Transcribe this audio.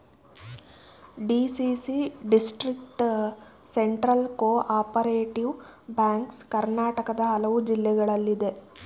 DCC district central cooperative banks ಕರ್ನಾಟಕದ ಹಲವು ಜಿಲ್ಲೆಗಳಲ್ಲಿದೆ